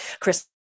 Chris